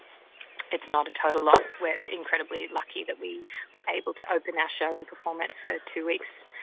it's not a total loss. we're incredibly lucky that we were able to open our show and perform it for two weeks,